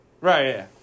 Right